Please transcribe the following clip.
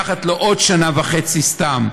עוד שנה וחצי סתם.